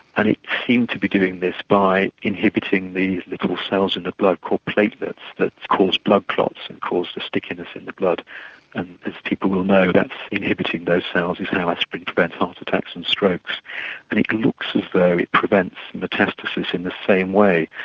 and it seemed to be doing this by inhibiting the little cells in the blood called platelets that cause blood clots and cause stickiness in the blood and as people will know that inhibiting those cells is how aspirin prevents heart attacks and strokes. and it looks as though it prevents metastases in the same way,